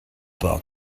book